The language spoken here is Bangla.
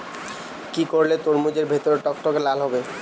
কি করলে তরমুজ এর ভেতর টকটকে লাল হবে?